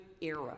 era